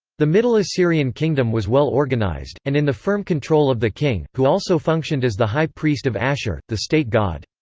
the middle assyrian kingdom was well organized, and in the firm control of the king, who also functioned as the high priest of ashur, the state god.